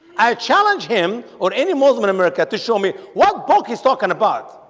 i challenge him or any muslim in america to show me what book he's talking about